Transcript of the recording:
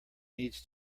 needs